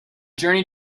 journey